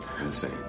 insane